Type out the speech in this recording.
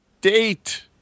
Date